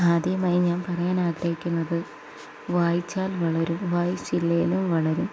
ആദ്യമായി ഞാൻ പറയാൻ ആഗ്രഹിക്കുന്നത് വായിച്ചാൽ വളരും വായിച്ചില്ലേലും വളരും